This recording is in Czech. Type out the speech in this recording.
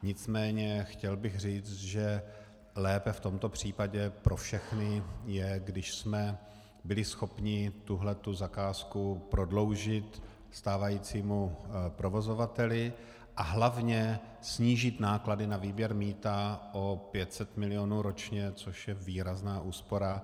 Nicméně chtěl bych říct, že lépe v tomto případě pro všechny je, když jsme byli schopni tuto zakázku prodloužit stávajícímu provozovateli a hlavně snížit náklady na výběr mýta o 500 milionů ročně, což je výrazná úspora.